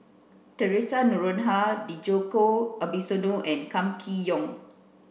Theresa Noronha Djoko Wibisono and Kam Kee Yong